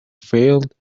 failed